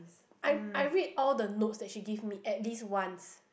I I read all the notes that she give me at least once